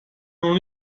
noch